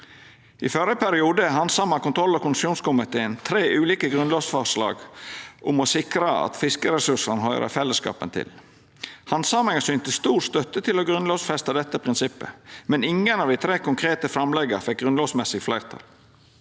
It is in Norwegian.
I førre periode handsama kontroll- og konstitusjonskomiteen tre ulike grunnlovsforslag om å sikra at fiskeressursane høyrer fellesskapen til. Handsaminga synte stor støtte til å grunnlovfesta dette prinsippet, men ingen av dei tre konkrete framlegga fekk grunnlovsmessig fleirtal.